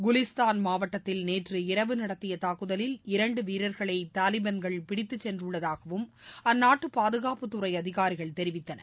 குலிஸ்தான் மாவட்டத்தில் நேற்று இரவு நடத்திய தாக்குதலில் இரண்டு வீரர்களை தாலிபான்கள் பிடித்து சென்றுள்ளதாகவும் அந்நாட்டு பாதுகாப்புத்துறை அதிகாரிகள் தெரிவித்தனர்